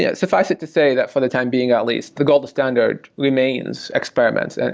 yeah suffice it to say that for the time being at least, the gold standard remains experiments, and